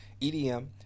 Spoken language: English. edm